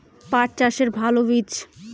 পাঠ চাষের ভালো বীজ?